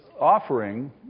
offering